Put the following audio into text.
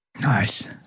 nice